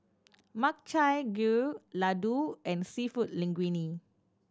Makchang Gui Ladoo and Seafood Linguine